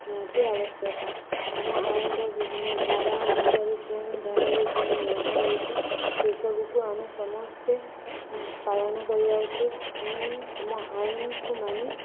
ନିହାତି ଆବଶ୍ୟକ ଆମ ଆଇନର ବିଭିନ୍ନ ଧାରା ଅନୁସାରେ ଯେଉଁ ଧାରାରେ ଯେଉଁ ନିୟମ ରହିଚି ସେସବୁକୁ ଆମେ ସମସ୍ତେ ପାଳନ କରିବା ଉଚିତ୍ ଆମେ ଆମ ଆଇନକୁ ମାନେ